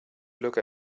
look